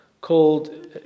called